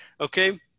Okay